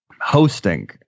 hosting